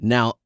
Now